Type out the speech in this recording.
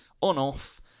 on-off